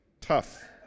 tough